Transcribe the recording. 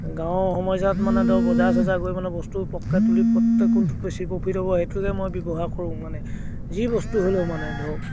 গাঁৱৰ সমস্য়াত মানে ধৰক বজাৰ চজাৰ গৈ মানে বস্তু পকে তুলি পতকৈ কোনটোত বেছি প্ৰফিট হ'ব সেইটোকে মই ব্যৱহাৰ কৰোঁ মানে যি বস্তু হ'লেও মানে ধৰক